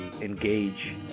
engage